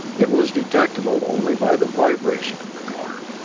it was detectable only by the vibration of the car.